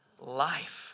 Life